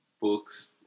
books